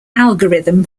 algorithm